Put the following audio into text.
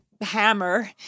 hammer